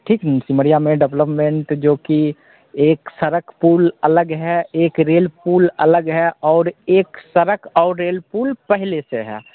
ठीक ना सिमरिया में डेवलपमेंट जो कि एक सड़क पुल अलग है एक रेल पुल अलग है और एक सड़क और रेल पुल पहले से है